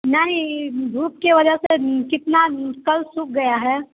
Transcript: नहीं धूप की वजह से कितना कल सूख गया है